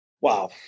Wow